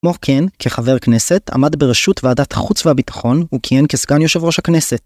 כמו כן כחבר כנסת, עמד ברשות ועדת החוץ והביטחון, וכהן כסגן יושב ראש הכנסת.